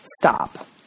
Stop